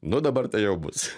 nu dabar tai jau bus